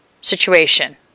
situation